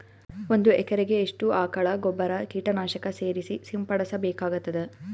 ಒಂದು ಎಕರೆಗೆ ಎಷ್ಟು ಆಕಳ ಗೊಬ್ಬರ ಕೀಟನಾಶಕ ಸೇರಿಸಿ ಸಿಂಪಡಸಬೇಕಾಗತದಾ?